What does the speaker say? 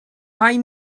mae